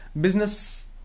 business